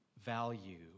value